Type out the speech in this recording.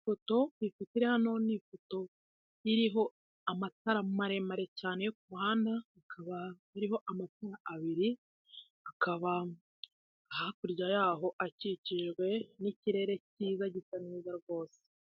Ifoto, Ifoto iri hano ni ipoto iriho amatara maremare cyane yo ku muhanda, akaba hariho amatara abiri, akaba hakurya yaho akikijwe n'ikirere cyiza gisa neza rwose.